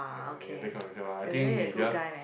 ya he can take care of himself ah I think he just